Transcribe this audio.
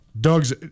Doug's